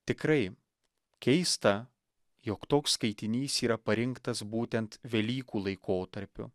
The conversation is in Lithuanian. tikrai keista jog toks skaitinys yra parinktas būtent velykų laikotarpiu